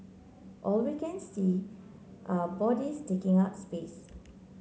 all we can see are bodies taking up space